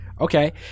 Okay